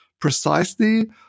precisely